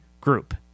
group